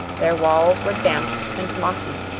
their walls were damp and mossy,